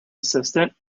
assistant